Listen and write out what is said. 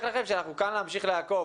אני מבטיח לכם שאנחנו כאן ונמשיך לעקוב.